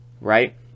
right